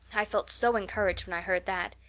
i felt so encouraged when i heard that.